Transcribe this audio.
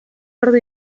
ordu